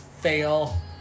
fail